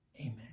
Amen